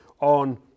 on